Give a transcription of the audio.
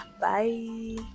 bye